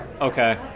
okay